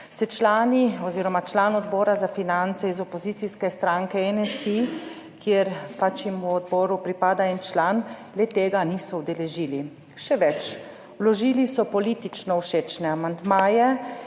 se člani oziroma član Odbora za finance iz opozicijske stranke NSi, ki jim pač v odboru pripada en član, le-tega niso udeležili. Še več, vložili so politično všečne amandmaje.